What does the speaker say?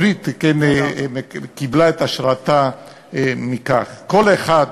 קיבלה את השראתה מכאן, כל אחת